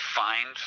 find